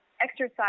exercise